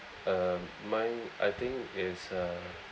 um mine I think is a